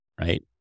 right